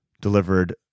delivered